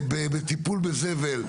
בטיפול בזבל.